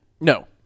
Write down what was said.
No